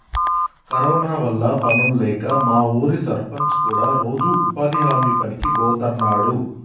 corona వల్ల పనుల్లేక మా ఊరి సర్పంచ్ కూడా రోజూ ఉపాధి హామీ పనికి బోతన్నాడు